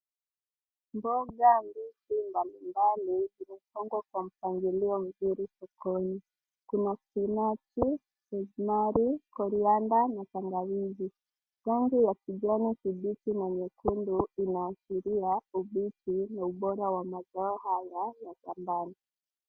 Mboga mbichi mbalimbali zimepangwa kwa mpangilio mzuri sokoni. Kuna spinachi, coriander na tangawizi. Rangi ya kijani kibichi na mekundu inaashiria ubichi wa ubora wa mazao haya ya shambani.